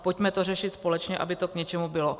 Pojďme to řešit společně, aby to k něčemu bylo.